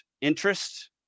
interest